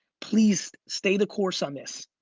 please stay the course on this.